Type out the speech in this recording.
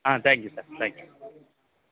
ah thank you sir thank you